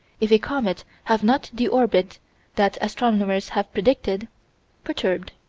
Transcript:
if a comet have not the orbit that astronomers have predicted perturbed.